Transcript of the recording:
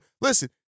Listen